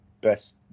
best